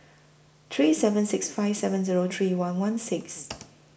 three seven six five seven Zero three one one six